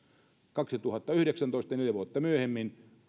kaksituhattayhdeksäntoista neljä vuotta myöhemmin